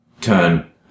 turn